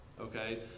Okay